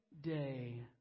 day